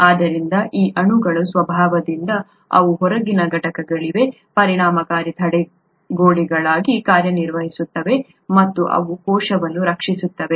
ಆದ್ದರಿಂದ ಈ ಅಣುಗಳ ಸ್ವಭಾವದಿಂದ ಅವು ಹೊರಗಿನ ಘಟಕಗಳಿಗೆ ಪರಿಣಾಮಕಾರಿ ತಡೆಗೋಡೆಗಳಾಗಿ ಕಾರ್ಯನಿರ್ವಹಿಸುತ್ತವೆ ಮತ್ತು ಅವು ಕೋಶವನ್ನು ರಕ್ಷಿಸುತ್ತವೆ